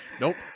Nope